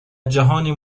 جهانی